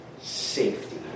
safety